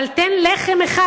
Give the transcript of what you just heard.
אבל תן לחם אחד,